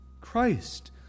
Christ